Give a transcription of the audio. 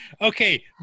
okay